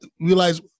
realize